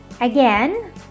Again